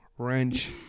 Wrench